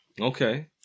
Okay